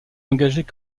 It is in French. engagée